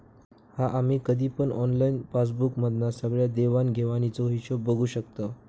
हा आम्ही कधी पण ऑनलाईन पासबुक मधना सगळ्या देवाण घेवाणीचो हिशोब बघू शकताव